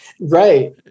right